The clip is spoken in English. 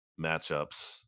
matchups